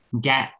get